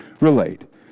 relate